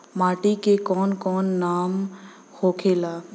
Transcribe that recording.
माटी के कौन कौन नाम होखे ला?